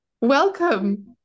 Welcome